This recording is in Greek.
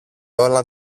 όλα